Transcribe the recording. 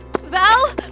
Val